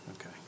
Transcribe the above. Okay